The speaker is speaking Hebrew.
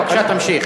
בבקשה, תמשיך.